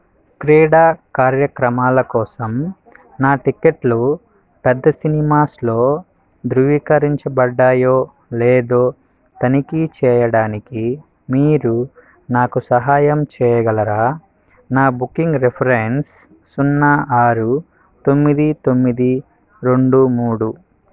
క్రీడా కార్యక్రమాల కోసం నా టిక్కెట్లు పెద్ద సినిమాస్లో ధృవీకరించబడ్డాయో లేదో తనిఖీ చేయడానికి మీరు నాకు సహాయం చేయగలరా నా బుకింగ్ రిఫరెన్స్ సున్నా ఆరు తొమ్మిది తొమ్మిది రెండు మూడు